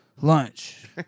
lunch